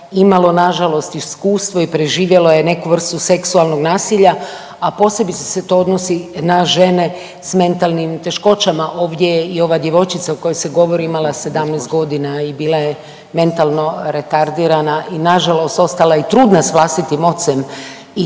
imalo nažalost iskustvo i preživjelo je neku vrstu seksualnog nasilja, a posebice se to odnosi na žene s mentalnim teškoćama. Ovdje i ova djevojčica o kojoj se govori imala 17 godina i bila je mentalno retardirana, nažalost ostala i trudna s vlastitim ocem.